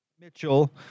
Mitchell